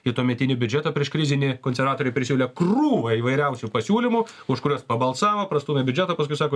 į tuometinį biudžetą prieškrizinį konservatoriai prisiūlė krūvą įvairiausių pasiūlymų už kuriuos pabalsavo prastūmė biudžetą paskui sako